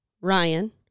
Ryan